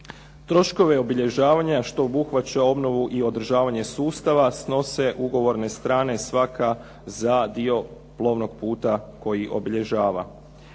Troškove obilježavanja, što obuhvaća obnovu i održavanje sustava snose ugovorne strane, svaka za dio plovnog puta koji obilježava.